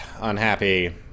unhappy